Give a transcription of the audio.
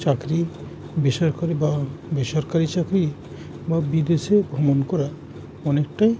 চাকরি বেসরকারি বা বেসরকারি চাকরি বা বিদেশে ভ্রমণ করা অনেকটাই